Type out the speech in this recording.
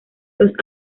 los